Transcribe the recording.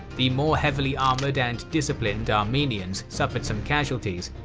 the more heavily armoured and disciplined armenians suffered some casualties,